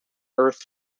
earth